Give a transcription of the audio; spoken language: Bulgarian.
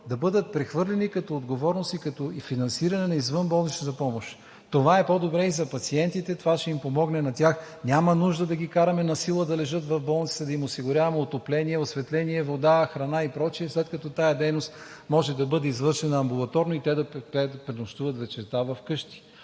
да бъдат прехвърлени като отговорност и финансиране на извънболничната помощ. Това е по-добре и за пациентите, това ще им помогне на тях. Няма нужда да ги караме насила да лежат в болниците, да им осигуряваме отопление, осветление, вода, храна и прочие, след като тази дейност може да бъде извършена амбулаторно и те да пренощуват вечерта вкъщи.